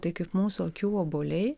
tai kaip mūsų akių obuoliai